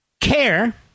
Care